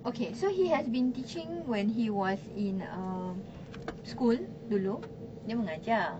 okay so he has been teaching when he was in um school dulu dia mengajar